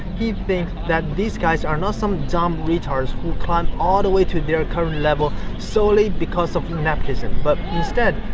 he thinks that these guys are not some dumb retards who climb all the way to their current level solely because of nepotism. but instead,